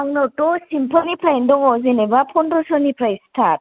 आंनावथ' सिम्पोलनिफ्राय दङ जेन'बा पन्द्रस'निफ्राय स्टार्ट